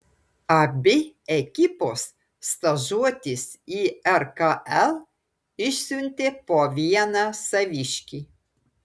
abi ekipos stažuotis į rkl išsiuntė po vieną saviškį